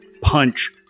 punch